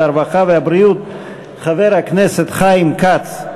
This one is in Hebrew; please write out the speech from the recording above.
הרווחה והבריאות חבר הכנסת חיים כץ.